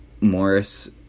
Morris